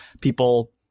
people